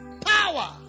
Power